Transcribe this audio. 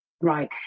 right